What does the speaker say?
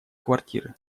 квартиры